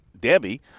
Debbie